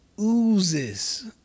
oozes